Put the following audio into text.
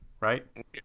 right